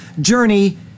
journey